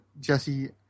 jesse